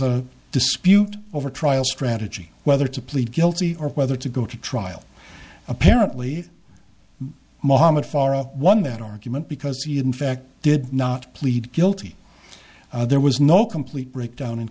a dispute over trial strategy whether to plead guilty or whether to go to trial apparently mohamed fara won that argument because he had in fact did not plead guilty there was no complete breakdown in